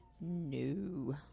No